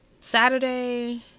Saturday